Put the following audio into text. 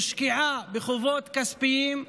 ושקיעה בחובות כספיים,